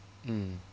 mm